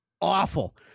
awful